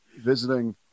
visiting